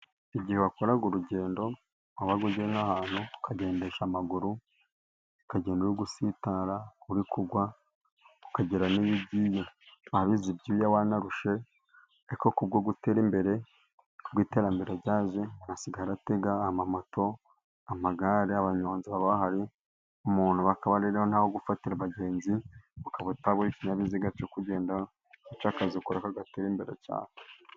Igihe wakoraga urugendo waba ujyiye ahantu ukagendesha amaguru ukagenda uri gusitara uri kugwa ukagera niyo ugiye wabize ibyuya wanarushye, ariko kubwo gutera imbere, kubw'iterambere ryaje, umuntu asigaye aratega amamoto, amagare, abanyonzi baba bahari umuntu bakaba rero naho gufatira abagenzi akaba atabura ikinkinyabiziga cyo kugenda bityo akazi ukorako gagatera imbere cyane.